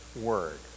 word